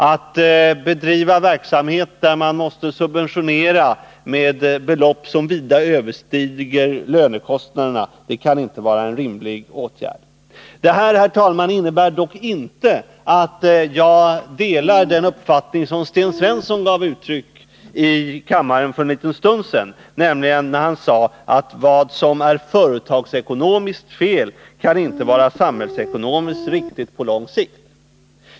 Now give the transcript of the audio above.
Att bedriva verksamhet där man måste subventionera med belopp som vida överstiger lönekostnaderna kan inte vara någon rimlig åtgärd. Det innebär dock inte, herr talman, att jag delar den uppfattning som Sten Svensson för en liten stund sedan gav uttryck åt i kammaren när han sade att vad som är företagsekonomiskt felaktigt inte kan vara samhällsekonomiskt riktigt på lång sikt.